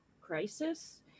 crisis